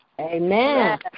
Amen